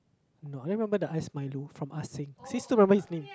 no I only remember the ice milo from Ah-Seng see still remember his name